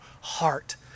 heart